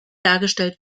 dargestellt